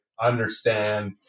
understand